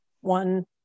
one